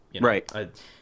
Right